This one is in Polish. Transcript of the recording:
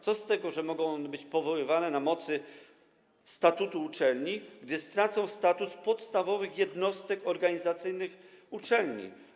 Co z tego, że mogą one być powoływane na mocy statutu uczelni, gdy stracą status podstawowych jednostek organizacyjnych uczelni?